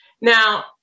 Now